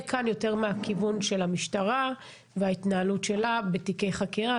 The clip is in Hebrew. יהיה כאן יותר מהכיוון של המשטרה וההתנהלות שלה בתיקי חקירה,